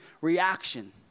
reaction